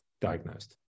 diagnosed